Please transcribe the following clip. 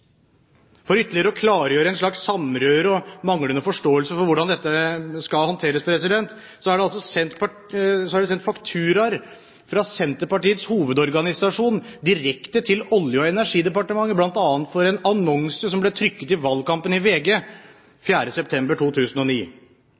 For ytterligere å klargjøre et slags samrøre og manglende forståelse for hvordan dette skal håndteres, er det sendt fakturaer fra Senterpartiets hovedorganisasjon direkte til Olje- og energidepartementet, bl.a. for en annonse som ble trykket i valgkampen i VG